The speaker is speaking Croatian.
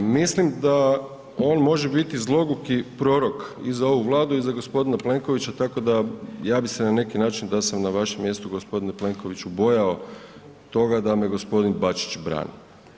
Mislim da on može biti zloguki prorok i za ovu Vladu i za g. Plenkovića tako da ja bih se na neki način da sam na vašem mjestu g. Plenkoviću bojao toga da me g. Bačić brani.